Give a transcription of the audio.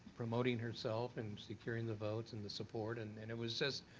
promoting herself and securing the votes and the support and and it was just,